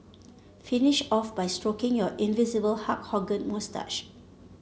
finish off by stroking your invisible Hulk Hogan moustache